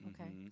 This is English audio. Okay